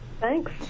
Thanks